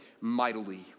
mightily